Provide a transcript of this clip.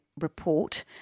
report